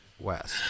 West